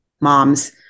moms